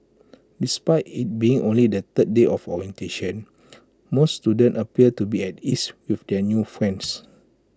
despite IT being only the third day of orientation most students appeared to be at ease with their new friends